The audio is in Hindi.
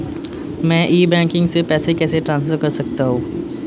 मैं ई बैंकिंग से पैसे कैसे ट्रांसफर कर सकता हूं?